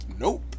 Nope